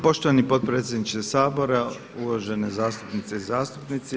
Poštovani potpredsjedniče Sabora, uvažene zastupnice i zastupnici.